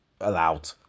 allowed